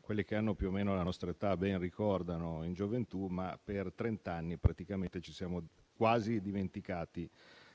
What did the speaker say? quelli che hanno più o meno la mia età ben ricordano in gioventù, ma per trenta anni ci siamo quasi dimenticati